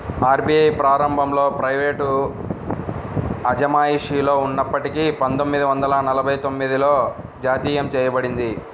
RBI ప్రారంభంలో private అజమాయిషిలో ఉన్నప్పటికీ పందొమ్మిది వందల నలభై తొమ్మిదిలో జాతీయం చేయబడింది